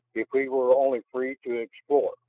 if he were only free to explore!